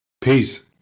Peace